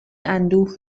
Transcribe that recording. اندوه